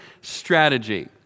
strategy